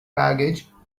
baggage